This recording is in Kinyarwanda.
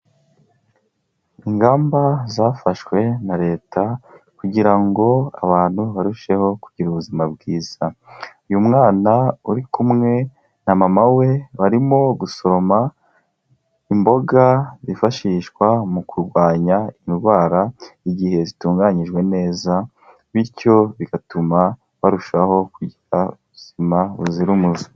Ingamba zafashwe na Leta kugira ngo abantu barusheho kugira ubuzima bwiza, uyu mwana uri kumwe na mama we, barimo gusoroma imboga zifashishwa mu kurwanya indwara igihe zitunganyijwe neza bityo bigatuma barushaho kugira ubuzima buzira umuze.